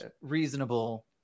reasonable